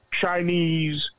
Chinese